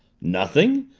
nothing!